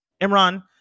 imran